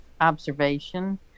observation